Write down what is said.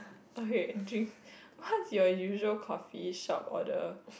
okay drink what's your usual coffeeshop order